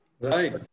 Right